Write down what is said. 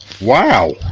Wow